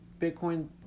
Bitcoin